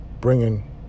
Bringing